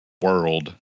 world